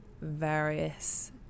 various